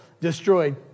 destroyed